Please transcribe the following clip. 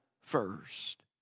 first